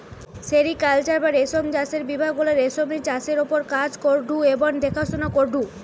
sericulture বা রেশম চাষের বিভাগ গুলা রেশমের চাষের ওপর কাজ করঢু এবং দেখাশোনা করঢু